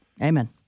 Amen